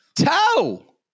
toe